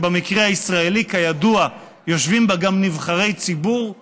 שבמקרה הישראלי כידוע יושבים בה גם נבחרי ציבור,